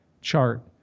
chart